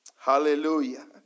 Hallelujah